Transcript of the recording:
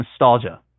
nostalgia